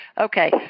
Okay